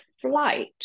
flight